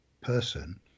person